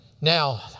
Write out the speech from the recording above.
Now